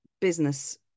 business